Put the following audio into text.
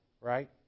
right